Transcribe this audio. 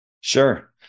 Sure